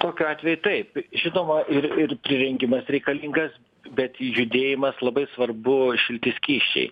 tokiu atveju taip žinoma ir ir prirengimas reikalingas bet judėjimas labai svarbu šilti skysčiai